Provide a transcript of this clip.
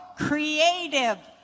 creative